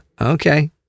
Okay